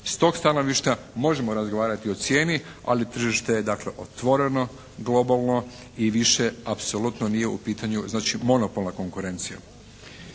S tog stanovišta možemo razgovarati o cijeni ali tržište je dakle otvoreno globalno i više apsolutno nije u pitanju monopolna konkurencija.